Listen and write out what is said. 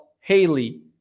Haley